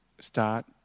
start